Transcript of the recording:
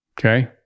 okay